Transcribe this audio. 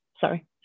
Sorry